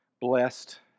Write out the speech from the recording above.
blessed